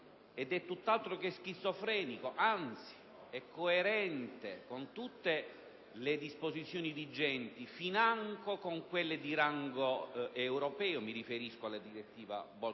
ciò è tutt'altro che schizofrenico, anzi, è coerente con tutte le disposizioni vigenti, comprese quelle di rango europeo: mi riferisco alla cosiddetta direttiva